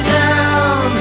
down